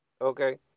Okay